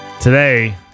Today